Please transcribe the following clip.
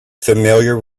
familiar